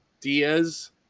Diaz